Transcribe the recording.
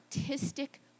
artistic